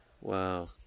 Wow